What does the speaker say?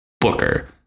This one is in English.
Booker